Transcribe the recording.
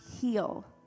heal